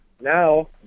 now